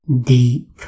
deep